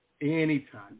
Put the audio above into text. Anytime